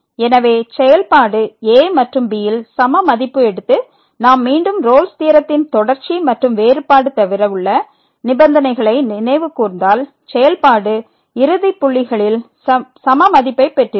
எனவே செயல்பாடு a மற்றும் b ல் சம மதிப்பு எடுத்து நாம் மீண்டும் ரோல்ஸ் தியரத்தின் தொடர்ச்சி மற்றும் வேறுபாடு தவிர உள்ள நிபந்தனைகளை நினைவு கூர்ந்தால் செயல்பாடு இறுதி புள்ளிகளில் செம மதிப்பை பெற்றிருக்கும்